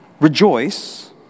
rejoice